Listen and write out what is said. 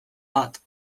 bat